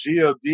GOD